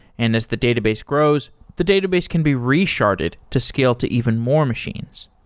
and as the database grows, the database can be re-sharded to scale to even more machines.